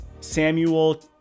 Samuel